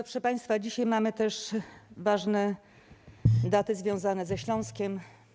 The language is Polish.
Proszę państwa, dzisiaj mamy też ważne daty związane ze Śląskiem.